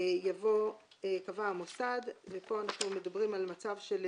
יבוא "קבע המוסד"; פה אנחנו מדברים על מצב של